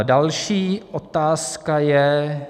Další otázka je...